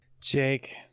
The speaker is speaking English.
Jake